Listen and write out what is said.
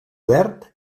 verd